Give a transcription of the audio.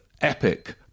epic